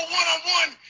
one-on-one